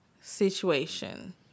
situation